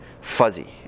fuzzy